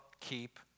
keep